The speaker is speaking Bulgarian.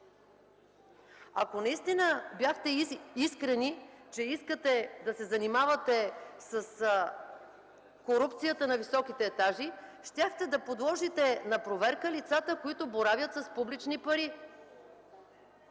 Ако наистина бяхте искрени, че искате да се занимавате с корупцията на високи етажи, щяхте да подложите на проверка лицата, които боравят с публични пари.